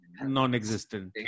non-existent